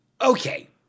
Okay